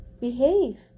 behave